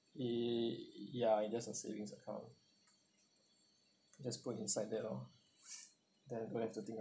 eh ya it's just a savings account just put inside there lor then don't have to think